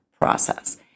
process